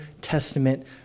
Testament